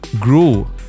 grow